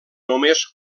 només